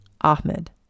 Ahmed